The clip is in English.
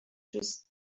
just